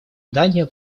дания